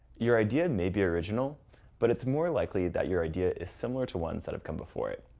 your idea may be original but it's more likely that your idea is similar to ones that have come before it.